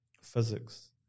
physics